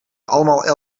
allemaal